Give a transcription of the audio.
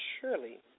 surely